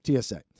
TSA